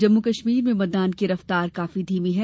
जम्मू कश्मीर में मतदान की रफ्तार काफी धीमी है